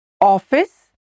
Office